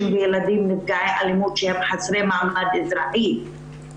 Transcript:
וילדים נפגעי אלימות שהם חסרי מעמד אזרחי.